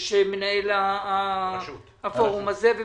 יש את מנהל הרשות ואת